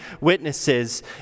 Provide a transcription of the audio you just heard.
witnesses